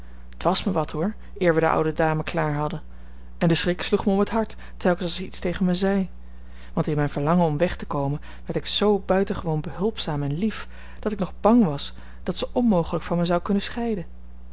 was me wat hoor eer we de oude dame klaar hadden en de schrik sloeg me om het hart telkens als ze iets tegen me zei want in mijn verlangen om weg te komen werd ik zoo buitengewoon behulpzaam en lief dat ik nog bang was dat ze onmogelijk van me zou kunnen scheiden